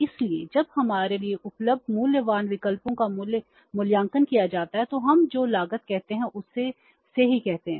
इसलिए जब हमारे लिए उपलब्ध मूल्यवान विकल्पों का मूल्यांकन किया जाता है तो हम जो लागत कहते हैं उसे सी कहते हैं